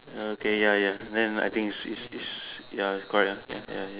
uh okay ya ya then I think is is ya is correct ya ya ya